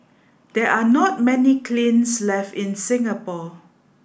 there are not many kilns left in Singapore